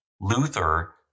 Luther